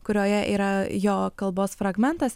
kurioje yra jo kalbos fragmentas